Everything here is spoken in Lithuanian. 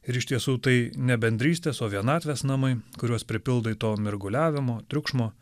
ir iš tiesų tai ne bendrystės o vienatvės namai kuriuos pripildai to mirguliavimo triukšmo